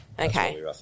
Okay